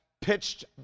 pitched